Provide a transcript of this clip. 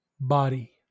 body